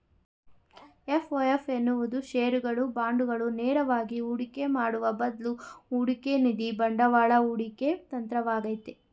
FOF ಎನ್ನುವುದು ಶೇರುಗಳು, ಬಾಂಡುಗಳು ನೇರವಾಗಿ ಹೂಡಿಕೆ ಮಾಡುವ ಬದ್ಲು ಹೂಡಿಕೆನಿಧಿ ಬಂಡವಾಳ ಹೂಡಿಕೆ ತಂತ್ರವಾಗೈತೆ